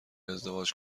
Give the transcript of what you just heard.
ازدواج